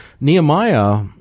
Nehemiah